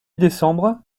décembre